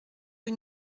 rue